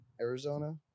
Arizona